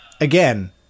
Again